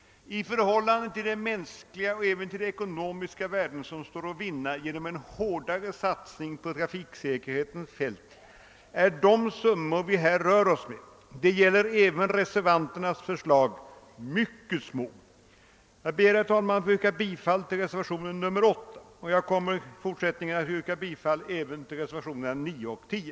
I förhållande till de mänskliga och även de ekonomiska värden som står att vinna genom en hårdare satsning på trafiksäkerheten är de summor vi nu rör oss med — det gäller även reservanternas förslag — mycket små. Herr talman! Jag ber att få yrka bifall till reservationen 8 och kommer senare att även yrka bifall till reservationerna 9 och 10.